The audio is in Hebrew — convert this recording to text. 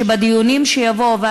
שבדיונים שיבואו,